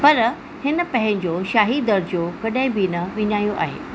पर हिन पंहिंजो शाही दर्जो कॾहिं बि न विञायो आहे